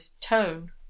tone